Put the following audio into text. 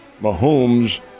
Mahomes